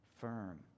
firm